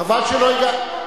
חבל שלא הגשתם.